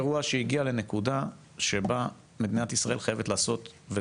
יש פה אירוע שהגיע לנקודה שבה מדינת ישראל חייבת לעשות,